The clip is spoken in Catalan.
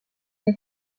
que